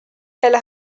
elle